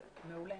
מעולה.